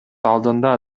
алдында